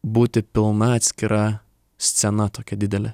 būti pilna atskira scena tokia didelė